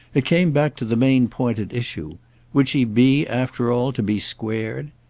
it came back to the main point at issue would she be, after all, to be squared?